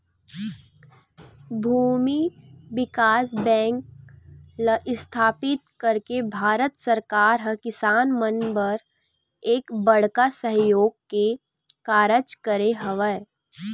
भूमि बिकास बेंक ल इस्थापित करके भारत सरकार ह किसान मन बर एक बड़का सहयोग के कारज करे हवय